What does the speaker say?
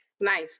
nice